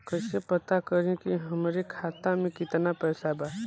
कइसे पता करि कि हमरे खाता मे कितना पैसा बा?